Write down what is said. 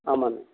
ஆமாங்க